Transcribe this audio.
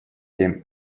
him